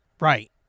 Right